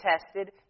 tested